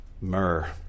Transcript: myrrh